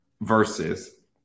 verses